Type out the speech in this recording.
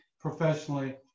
professionally